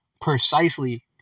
precisely